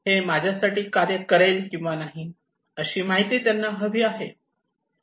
हे माझ्यासाठी कार्य करेल किंवा नाही अशी माहिती त्यांना हवी आहे